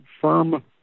firm